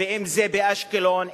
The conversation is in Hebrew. אם באשקלון,